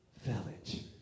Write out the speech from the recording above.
village